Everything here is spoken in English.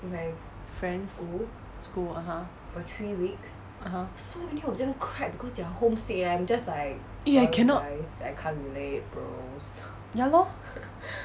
friends school (uh huh) (uh huh) eh I cannot ya lor